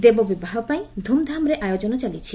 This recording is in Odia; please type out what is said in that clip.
ଦେବ ବିବାହ ପାଇଁ ଧୁମ୍ଧାମ୍ରେ ଆୟୋଜନ ଚାଲିଛି